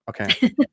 Okay